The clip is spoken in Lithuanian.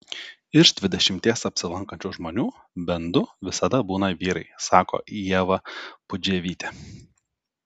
iš dvidešimties apsilankančių žmonių bent du visada būna vyrai sako ieva pudževytė